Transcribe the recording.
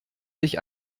sich